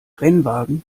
rennwagen